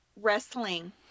wrestling